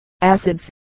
acids